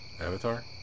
avatar